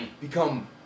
become